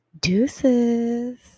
deuces